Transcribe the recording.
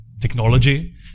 technology